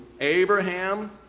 Abraham